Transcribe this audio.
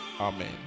Amen